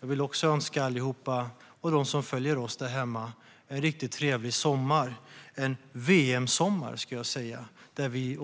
Jag vill också önska alla här och alla som följer oss hemifrån en riktigt trevlig sommar - en VM-sommar där vi